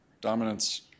dominance